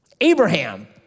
Abraham